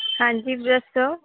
ਹਾਂਜੀ ਦੱਸੋ